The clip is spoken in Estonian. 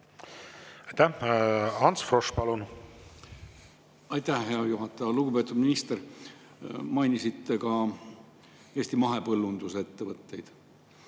Aitäh! Ants Frosch, palun! Aitäh, hea juhataja! Lugupeetud minister! Mainisite Eesti mahepõllundusettevõtteid.